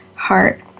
heart